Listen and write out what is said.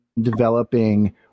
developing